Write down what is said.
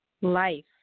life